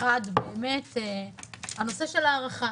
אחד, באמת הנושא של ההארכה.